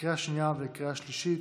לקריאה שנייה וקריאה שלישית.